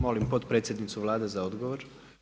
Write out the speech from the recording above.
Molim potpredsjednicu Vlade za odgovor.